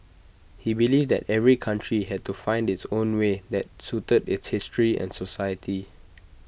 he believed that every country had to find its own way that suited its history and society